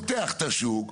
פותח את השוק,